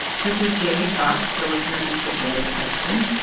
this is jamie cox, the listener who submitted the question.